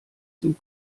dem